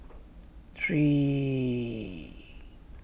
three